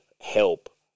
help